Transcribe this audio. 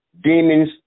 demons